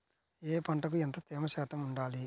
ఏ పంటకు ఎంత తేమ శాతం ఉండాలి?